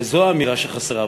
וזו האמירה שחסרה פה,